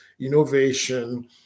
innovation